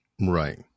Right